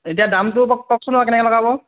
এতিয়া দামটো বাৰু কওকচোন বাৰু কেনেকৈ লগাব